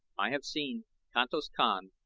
i have seen kantos kan,